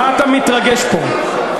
מה אתה מתרגש פה?